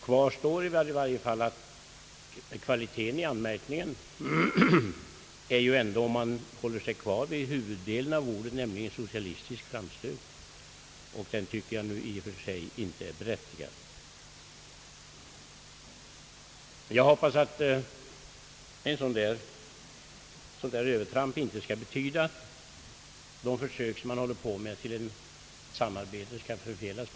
Kvar stär i varje fall att det viktiga i uttrycket — om man håller sig till huvuddelen av orden är socialistisk framstöt, och de orden tycker jag i och för sig inte är berättigade. Jag hoppas att ett sådant övertramp inte skall betyda att de försök till samarbete som man nu håller på med skall förfelas.